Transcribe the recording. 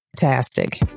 fantastic